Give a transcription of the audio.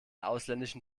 ausländischen